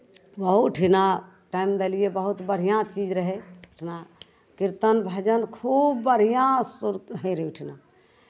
बहुत ठिना टाइम देलियै बहुत बढ़िआँ चीज रहै अपना कीर्तन भजन खूब बढ़िआँसँ होइत रहै ओहिठिना